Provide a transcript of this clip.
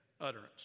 utterance